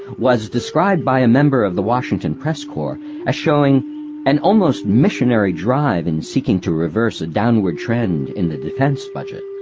was described by a member of the washington press corps as showing an almost missionary drive in seeking to reverse a downward trend in the defence budget.